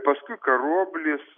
paskui karoblis